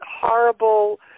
horrible